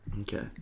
Okay